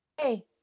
Hey